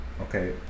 Okay